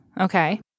okay